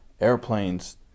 airplanes